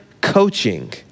coaching